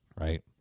right